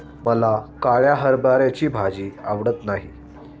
मला काळ्या हरभऱ्याची भाजी आवडत नाही